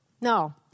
No